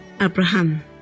Abraham